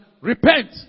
repent